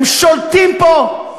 הם שולטים פה,